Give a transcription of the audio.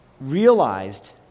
realized